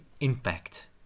impact